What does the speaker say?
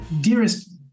dearest